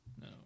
No